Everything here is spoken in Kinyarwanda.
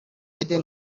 eden